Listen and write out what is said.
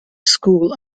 school